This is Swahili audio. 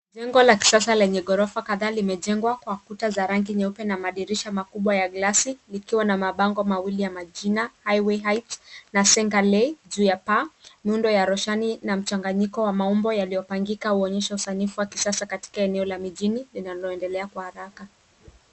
Jengo la kisasa lenye ghorofa kadhaa limejengwa kwa kuta za rangi nyeupe na madirisha makubwa ya glasi likiwa na mabango mawili ya jina Highway Heights na Sengaleigh juu ya paa. Muundo wa roshani na mchanganyiko ya maumbo yaliyopangika huonyesha usanifu wa kisasa katika eneo la mijini linaliendelea kwa haraka.